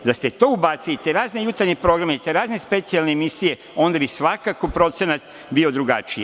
Da ste ubacili, te razne jutarnje programe i te razne specijalne emisije, onda bi svakako procenat bio drugačiji.